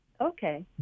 Okay